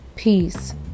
Peace